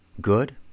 good